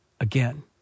again